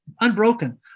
unbroken